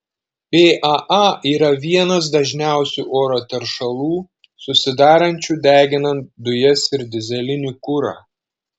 paa yra vienas dažniausių oro teršalų susidarančių deginant dujas ir dyzelinį kurą